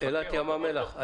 באילת ובים המלח.